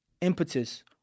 impetus